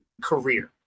career